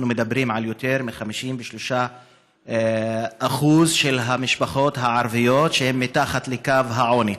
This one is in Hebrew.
אנחנו מדברים על יותר מ-53% מהמשפחות הערביות שהן מתחת לקו העוני,